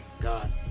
God